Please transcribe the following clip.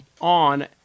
on